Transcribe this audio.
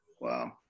wow